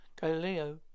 Galileo